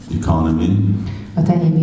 economy